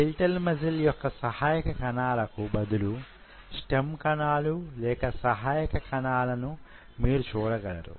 skeletal muscle యొక్క సహాయక కణాలకు బదులు స్టెమ్ కణాలు లేక సహాయక కణాలను మీరు చూడగలరు